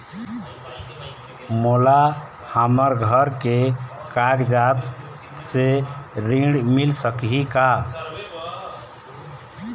मोला हमर घर के कागजात से ऋण मिल सकही का?